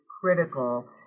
critical